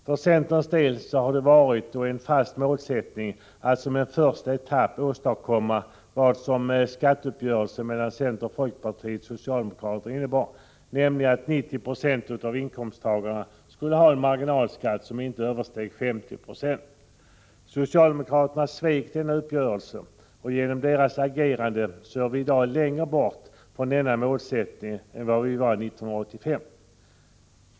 För centerns del har det varit och är en fast målsättning att som en första etapp åstadkomma vad som skatteuppgörelsen mellan centerpartiet, folkpartiet och socialdemokraterna innebar, nämligen att 90 26 av inkomsttagarna skulle ha en marginalskatt som inte översteg 50 20. Socialdemokraterna svek denna uppgörelse, och genom deras agerande är vi i dag längre borta från denna målsättning än vad vi var 1985.